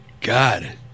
God